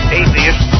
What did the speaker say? atheist